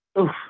Oof